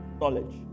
knowledge